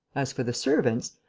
as for the servants,